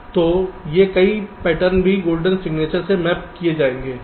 तो ये कई पैटर्न भी गोल्डन सिग्नेचर में मैप किए जाएंगे